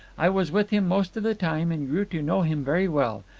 i was with him most of the time, and grew to know him very well.